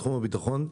בתחום הביטחון.